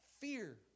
fear